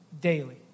daily